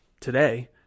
Today